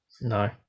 No